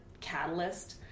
catalyst